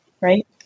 right